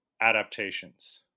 adaptations